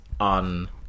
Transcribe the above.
on